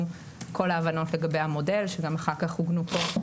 כל ההבנות לגבי המודל שגם אחר כך עוגנו כאן.